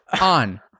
on